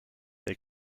they